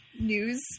news